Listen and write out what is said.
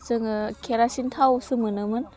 जोङो केरासिन थावसो मोनोमोन